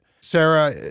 Sarah